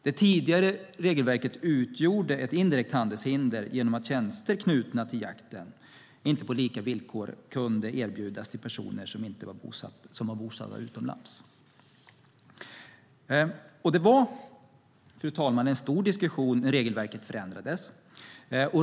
Det tidigare regelverket utgjorde ett indirekt handelshinder genom att tjänster knutna till jakten inte på lika villkor kunde erbjudas personer som var bosatta utomlands. Det var, fru talman, en stor diskussion när regelverket förändrades.